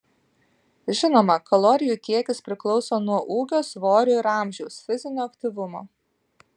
žinoma kalorijų kiekis priklauso nuo ūgio svorio ir amžiaus fizinio aktyvumo